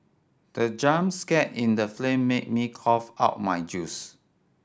the jump scare in the flame made me cough out my juice